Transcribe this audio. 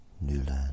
Newland